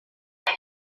kami